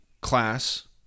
class